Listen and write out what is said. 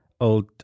old